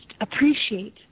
appreciate